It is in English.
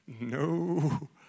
No